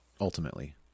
Ultimately